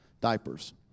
diapers